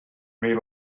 may